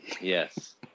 Yes